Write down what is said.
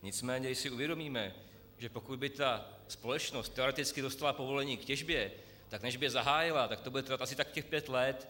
Nicméně když si uvědomíme, že pokud by ta společnost teoreticky dostala povolení k těžbě, tak než by zahájila, tak to bude trvat asi tak těch pět let.